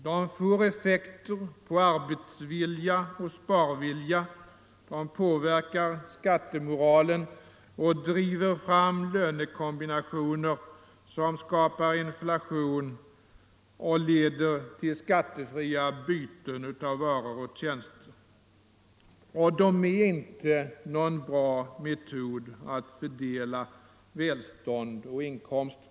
De får effekt på arbetsvilja och sparvilja, de påverkar skattemoralen och driver fram lönekompensationer som skapar inflation och leder till skattefria byten av varor och tjänster. Och de är inte någon bra metod att fördela välstånd och inkomster.